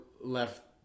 left